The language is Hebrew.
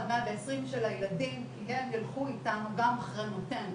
עד 120 של הילדים כי הם יילכו איתנו גם אחרי מותנו.